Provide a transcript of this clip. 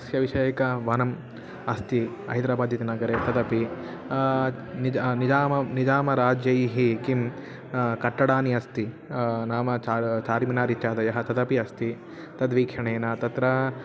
तस्य विषयिकं वनम् अस्ति हैद्राबाद् इति नगरे तदपि निज निजामं निजामराज्यैः किं कट्टडानि अस्ति नाम चार् चार् मिनार् इत्यादयः तदपि अस्ति तद् वीक्षणेन तत्र